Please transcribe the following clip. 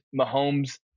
Mahomes